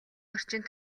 орчин